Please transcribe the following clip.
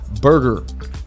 Burger